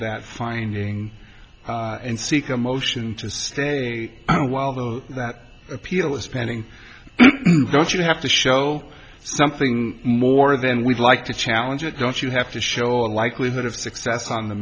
that finding and seek a motion to stay while those that appeal is pending don't you have to show something more than we'd like to challenge it don't you have to show a likelihood of success on the